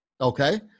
Okay